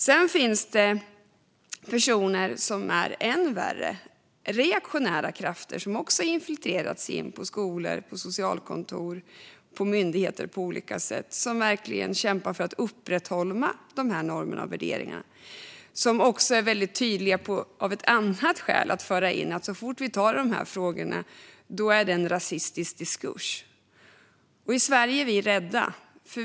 Det finns människor som är ännu värre, reaktionära krafter som tagit sig in på skolor, socialkontor och myndigheter och kämpar för att upprätthålla dessa normer och värderingar. När vi tar upp dessa frågor är de snabba på att påpeka att det är en rasistisk diskurs. I Sverige är vi rädda.